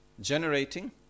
generating